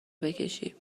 بکشی